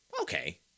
okay